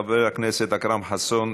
חבר הכנסת אכרם חסון,